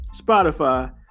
Spotify